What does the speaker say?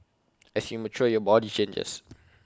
as you mature your body changes